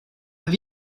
have